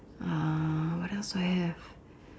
uh what else do I have